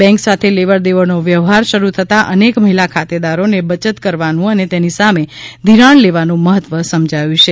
bank સાથે લેવડ દેવડ નો વ્યવહાર શરૂ થતાં અનેક મહિલા ખાતેદારોને બયત કરવાનું અને તેની સામે ઘિરાણ લેવાનું મહત્વ સમજાયું છે